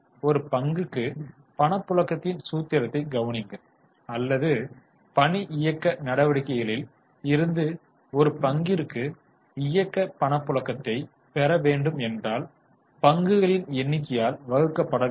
ஒரு பங்குக்கு பணப்புழக்கத்தின் சூத்திரத்தைக் கவனியுங்கள் அல்லது பணி இயக்க நடவடிக்கைகளில் இருந்து ஒரு பங்கிற்கு இயக்க பணப்புழக்கத்தை பெற வேண்டும் என்றால் பங்குகளின் எண்ணிக்கையால் வகுக்கப்பட வேண்டும்